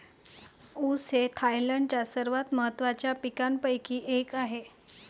ऊस हे थायलंडच्या सर्वात महत्त्वाच्या पिकांपैकी एक आहे